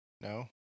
No